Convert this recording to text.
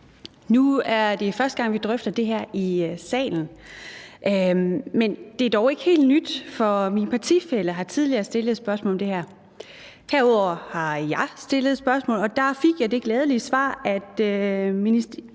Nu er det første gang, vi drøfter det her i salen, men det er dog ikke helt nyt, for min partifælle har tidligere stillet et spørgsmål om det her. Herudover har jeg stillet et spørgsmål, og der fik jeg det glædelige svar, at ministeren